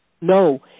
No